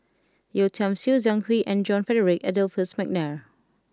Yeo Tiam Siew Zhang Hui and John Frederick Adolphus McNair